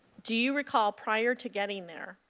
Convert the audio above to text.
do you recall prior to getting there,